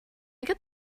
get